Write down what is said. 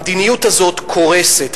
המדיניות הזאת קורסת.